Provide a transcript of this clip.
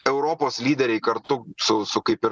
europos lyderiai kartu su su kaip ir